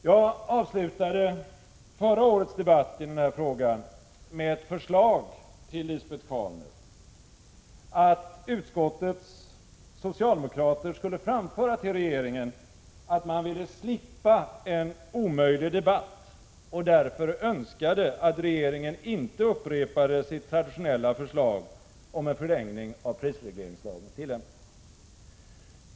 Jag avslutade förra årets debatt i den här frågan med ett förslag till Lisbet Calner att utskottets socialdemokrater skulle framföra till regeringen att man ville slippa en omöjlig debatt och därför önskade att regeringen inte upprepade sitt traditionella förslag om en förlängning av prisregleringslagens tillämpning.